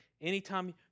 anytime